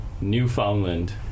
Newfoundland